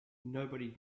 nobody